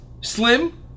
Slim